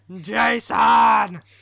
Jason